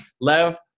Lev